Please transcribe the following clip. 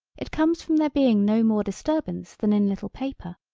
it comes from there being no more disturbance than in little paper.